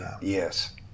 yes